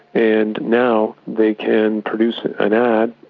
and now they can produce an ad,